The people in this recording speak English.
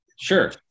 Sure